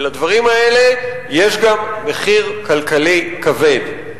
ולדברים האלה יש גם מחיר כלכלי כבד.